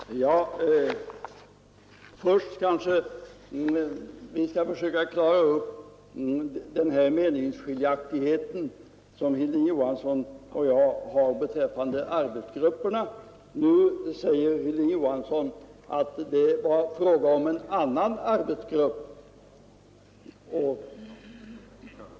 Herr talman! Först kanske vi skall försöka att klara upp den meningsskiljaktighet som föreligger mellan Hilding Johansson och mig beträffande arbetsgrupperna. Hilding Johansson säger nu att det var fråga om en annan arbetsgrupp.